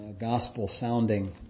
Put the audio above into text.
gospel-sounding